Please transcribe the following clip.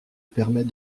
permet